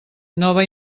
nova